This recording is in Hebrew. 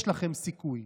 יש לכם סיכוי,